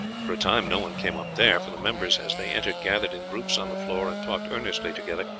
for a time no one came up there, for the members as they entered gathered in groups on the floor and talked earnestly together.